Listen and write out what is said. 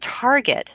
target